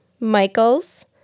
Michael's